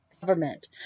government